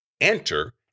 Enter